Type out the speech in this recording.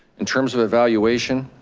in terms of evaluation,